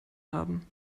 haben